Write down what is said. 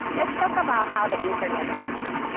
let's talk about how the internet works.